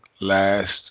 last